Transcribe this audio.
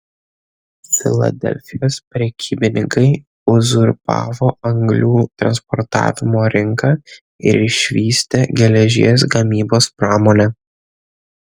filadelfijos prekybininkai uzurpavo anglių transportavimo rinką ir išvystė geležies gamybos pramonę